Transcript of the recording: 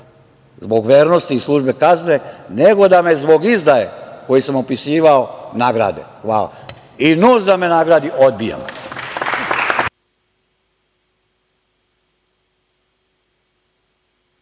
zbog vernosti i službe kazne, nego da me zbog izdaje, koju sam opisivao, nagrade. I NUNS da me nagradi, odbijam. Hvala